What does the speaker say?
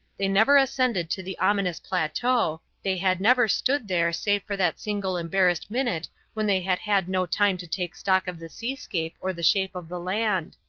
they never ascended to the ominous plateau they had never stood there save for that single embarrassed minute when they had had no time to take stock of the seascape or the shape of the land.